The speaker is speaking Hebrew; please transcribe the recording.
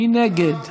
מי נגד?